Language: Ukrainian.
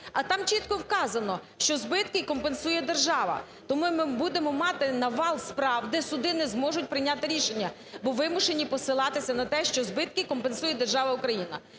а там чітко вказано, що збитки компенсує держава. Тому ми будемо мати навал справ, де суди не зможуть прийняти рішення, бо вимушені посилатися на те, що збитки компенсує держава Україна.